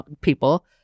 people